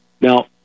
Now